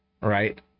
right